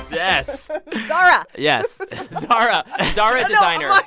yes zara yes zara ah zara designer um